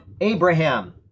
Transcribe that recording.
Abraham